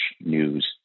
news